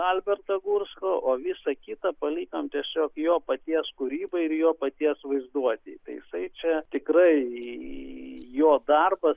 alberto gursko o visa kita palikom tiesiog jo paties kūrybai ir jo paties vaizduotei tai jisai čia tikrai jo darbas